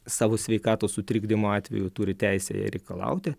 savo sveikatos sutrikdymo atveju turi teisę reikalauti